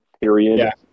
period